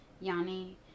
yanni